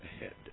ahead